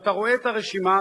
כשאתה רואה את הרשימה,